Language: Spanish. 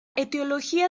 etiología